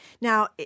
Now